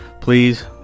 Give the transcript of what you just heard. please